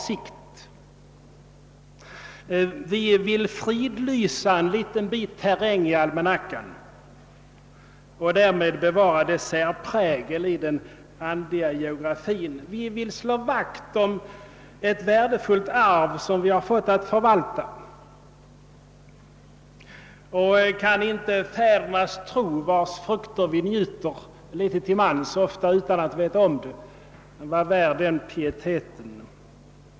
Vi vill i almanackan fridlysa en liten bit terräng och därmed bevara dess särprägel i den andliga geografin. Vi vill slå vakt om ett värdefullt arv som vi fått att förvalta. Kan inte fädernas tro vars frukter vi njuter litet till mans — ofta utan att veta om det — vara värd den pieteten?